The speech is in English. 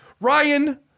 Ryan